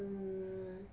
mm